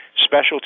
specialty